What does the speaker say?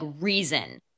reason